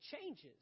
changes